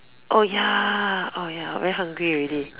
oh ya oh ya very hungry already